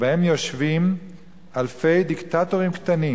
שבהן יושבים אלפי דיקטטורים קטנים